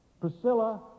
Priscilla